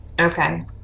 Okay